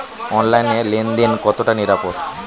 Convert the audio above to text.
অনলাইনে লেন দেন কতটা নিরাপদ?